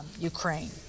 Ukraine